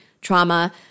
trauma